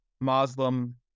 Muslim